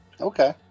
Okay